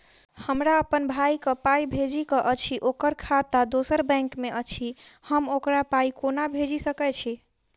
हमरा अप्पन भाई कऽ पाई भेजि कऽ अछि, ओकर खाता दोसर बैंक मे अछि, हम ओकरा पाई कोना भेजि सकय छी?